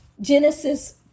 Genesis